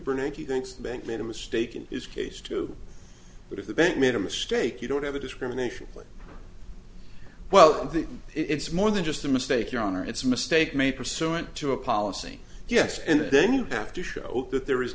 bernanke he thinks the bank made a mistake in his case too but if the bank made a mistake you don't have a discrimination claim well it's more than just a mistake your honor it's a mistake made pursuant to a policy yes and then you have to show that there is